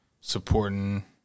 supporting